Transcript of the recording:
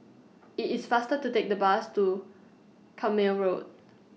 IT IS faster to Take The Bus to Carpmael Road